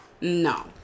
No